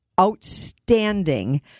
outstanding